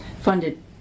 funded